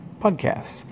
podcasts